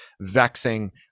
vexing